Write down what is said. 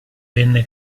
venne